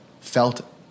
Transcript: felt